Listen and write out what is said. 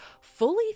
fully